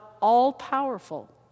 all-powerful